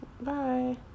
Bye